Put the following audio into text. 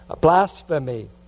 blasphemy